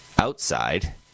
outside